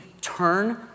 turn